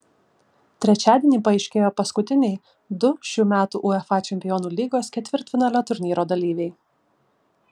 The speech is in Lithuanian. trečiadienį paaiškėjo paskutiniai du šių metų uefa čempionų lygos ketvirtfinalio turnyro dalyviai